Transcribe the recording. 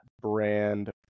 brand